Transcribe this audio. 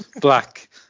black